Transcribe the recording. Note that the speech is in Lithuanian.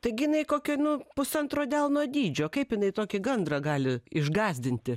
taigi jinai kokio nu pusantro delno dydžio kaip jinai tokį gandrą gali išgąsdinti